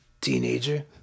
teenager